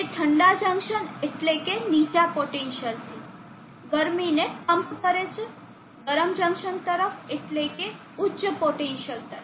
તે ઠંડા જંકશન એટલેકે નીચા પોટેન્સીઅલથી ગરમીને પમ્પ કરે છે ગરમ જંકશન તરફ એટલેકે ઉચ્ચ પોટેન્સીઅલ તરફ